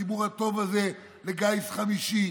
הציבור הטוב הזה, לגיס חמישי,